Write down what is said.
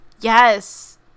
Yes